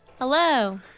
Hello